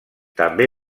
també